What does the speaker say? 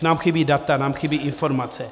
Nám chybí data, nám chybí informace.